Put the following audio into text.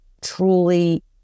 truly